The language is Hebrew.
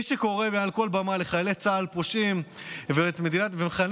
מי שקורא מעל כל במה לחיילי צה"ל "פושעים" ומכנה